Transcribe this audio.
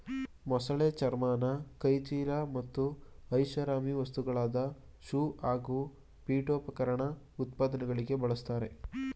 ಮೊಸಳೆ ಚರ್ಮನ ಕೈಚೀಲ ಮತ್ತು ಐಷಾರಾಮಿ ವಸ್ತುಗಳಾದ ಶೂ ಹಾಗೂ ಪೀಠೋಪಕರಣ ಉತ್ಪಾದನೆಗೆ ಬಳುಸ್ತರೆ